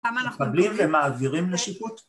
מקבלים ומעבירים לשיפוט